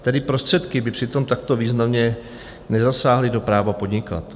Tedy prostředky by přitom takto významně nezasáhly do práva podnikat.